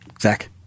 Zach